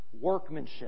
workmanship